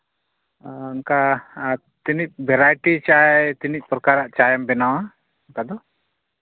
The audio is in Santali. ᱟᱨ ᱚᱱᱠᱟ ᱛᱤᱱᱟᱹᱜ ᱵᱷᱮᱨᱟᱭᱴᱤ ᱪᱟᱭ ᱛᱤᱱᱟᱹᱜ ᱯᱨᱚᱠᱟᱨᱟᱜ ᱪᱟᱭᱮᱢ ᱵᱮᱱᱟᱣᱟ ᱚᱱᱠᱟ ᱫᱚ